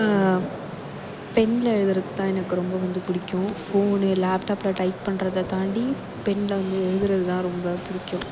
பென்னில் எழுதுகிறது தான் எனக்கு ரொம்ப வந்து பிடிக்கும் ஃபோனு லேப்டாப்பில் டைப் பண்றதை தாண்டி பென்னில் வந்து எழுதுகிறது தான் ரொம்ப பிடிக்கும்